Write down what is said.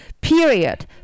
Period